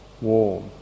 warm